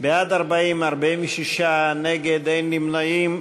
בעד, 40, 46 נגד, אין נמנעים.